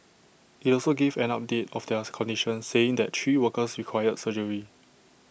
IT also gave an update of their condition saying that three workers required surgery